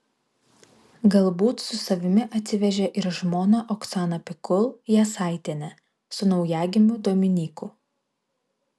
galbūt su savimi atsivežė ir žmoną oksaną pikul jasaitienę su naujagimiu dominyku